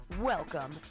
Welcome